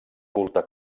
culte